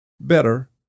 better